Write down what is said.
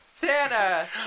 Santa